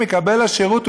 מקבל השירות,